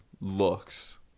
looks